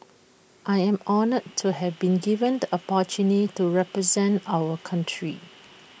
I am honoured to have been given the opportunity to represent our country